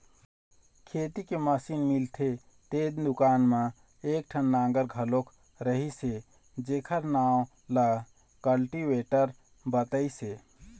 खेती के मसीन मिलथे तेन दुकान म एकठन नांगर घलोक रहिस हे जेखर नांव ल कल्टीवेटर बतइस हे